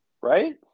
right